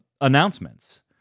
announcements